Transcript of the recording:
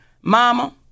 Mama